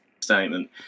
statement